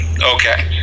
okay